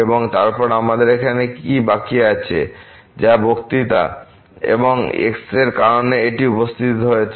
এবং তারপরে আমাদের এখানে বাকি আছে যা বক্তৃতা এবং x এর কারণে এটি উপস্থিত হয়েছে